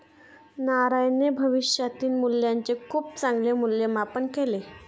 नारायणने भविष्यातील मूल्याचे खूप चांगले मूल्यमापन केले